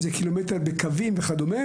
קילומטר בקווים וכד'